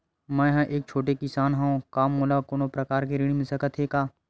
मै ह एक छोटे किसान हंव का मोला कोनो प्रकार के ऋण मिल सकत हे का?